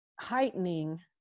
heightening